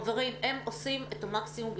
חברים, הם עושים את המקסימום.